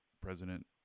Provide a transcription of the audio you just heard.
President